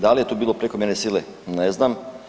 Da li je tu bilo prekomjerne sile, ne znam.